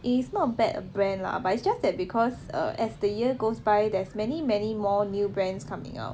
it's not bad a brand lah but it's just that because err as the year goes by there's many many more new brands coming out